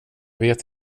vet